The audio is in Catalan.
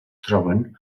troben